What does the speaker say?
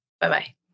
Bye-bye